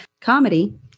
comedy